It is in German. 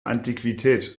antiquität